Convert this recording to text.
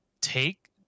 take